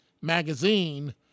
magazine